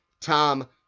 Tom